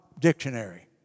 dictionary